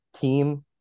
team